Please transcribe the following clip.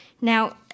now